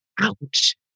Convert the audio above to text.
Ouch